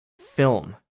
film